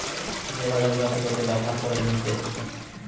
যে বাজার গুলাতে লোকে ব্যভার কোরা জিনিস বেচছে